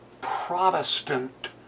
Protestant